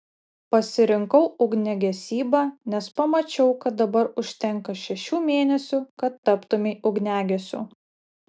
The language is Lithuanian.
pasirinkau ugniagesybą nes pamačiau kad dabar užtenka šešių mėnesių kad taptumei ugniagesiu